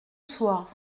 soir